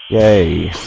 a